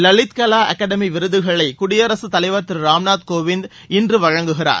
லலித் கலா அகாடமி விருதுகளை குடியரசு தலைவர் திரு ராம்நாத் கோவிந்த் இன்று வழங்குகிறார்